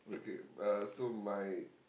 okay uh so my